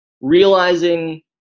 realizing